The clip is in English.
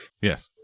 Yes